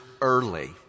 early